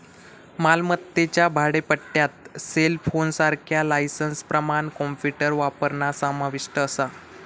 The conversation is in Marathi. मालमत्तेच्या भाडेपट्ट्यात सेलफोनसारख्या लायसेंसप्रमाण कॉम्प्युटर वापरणा समाविष्ट असा